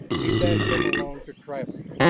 he passed them along to travis.